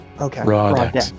Okay